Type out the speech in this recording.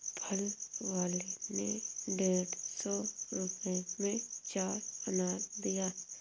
फल वाले ने डेढ़ सौ रुपए में चार अनार दिया